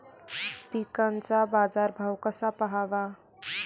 पिकांचा बाजार भाव कसा पहावा?